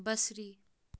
بَصری